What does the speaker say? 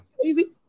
crazy